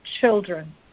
children